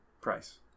price